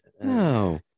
No